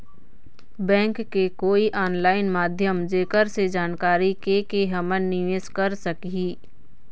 Bank के कोई online माध्यम जेकर से जानकारी के के हमन निवेस कर सकही?